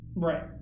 Right